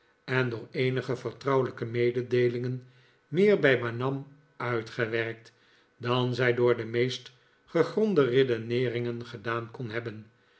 en door eenige vertrouwelijke mededeelingen meer bij madame uitgewerkt dan zij door de meest gegronde redeneeringen gedaan kon hebben